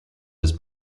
his